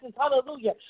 hallelujah